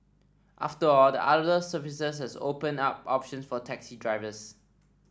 after all the other services also open up options for taxi drivers